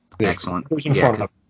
Excellent